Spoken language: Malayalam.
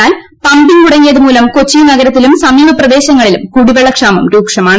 എന്നാൽ പമ്പിംഗ് മുടങ്ങിയത് മൂലം കൊച്ചി നഗരത്തിലും സമീപപ്രദേശങ്ങളിലും കുടിവെള്ളക്ഷാമം രൂക്ഷമാണ്